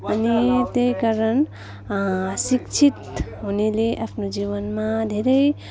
अनि त्यही कारण शिक्षित हुनेले आफ्नो जीवनमा धेरै